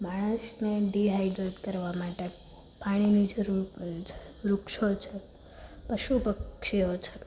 માણસને ડીહાઈડ્રેડ કરવા માટે પાણીની જરૂર પડે છે વૃક્ષો છે પશુ પક્ષીઓ છે